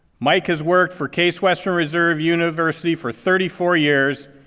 mike has worked for case western reserve university for thirty four years,